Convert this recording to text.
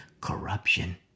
corruption